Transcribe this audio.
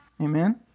Amen